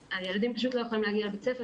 הילדים פשוט לא יכולים להגיע לבית הספר.